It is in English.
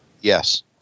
Yes